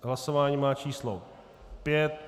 Hlasování má číslo 5.